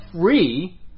free